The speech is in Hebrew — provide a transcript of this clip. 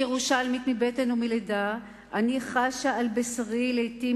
כירושלמית מבטן ומלידה אני חשה על בשרי לעתים